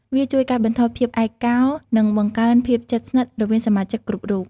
វាជួយកាត់បន្ថយភាពឯកោ និងបង្កើនភាពស្និទ្ធស្នាលរវាងសមាជិកគ្រប់រូប។